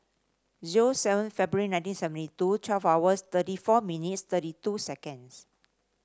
zero seven February nineteen seventy two twelve hours thirty four minutes thirty two seconds